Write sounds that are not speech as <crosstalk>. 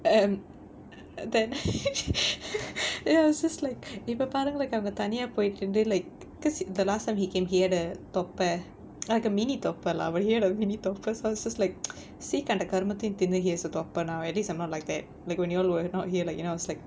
and then <laughs> then it was just like இப்ப பாருங்க:ippa paarunga like அவங்க தனியா போய்ட்டு நிண்டு:avanga thaniyaa poittu nindu like because the last time he came here the தொப்ப:thoppa like a mini தொப்ப:thoppa lah when hear that mini தொப்ப:thoppa so I was just like see கண்ட கருமத்தையும் திண்ணு:kanda karumathaiyum thinnu he has a தொப்ப:thoppa now at least I'm not like that when you all were not here like I was like